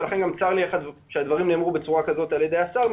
ולכן גם צר לי שהדברים נאמרו בצורה כזאת על ידי השר,